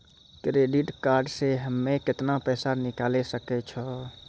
Credit card से हम्मे केतना पैसा निकाले सकै छौ?